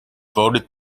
voted